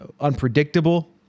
unpredictable